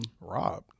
Robbed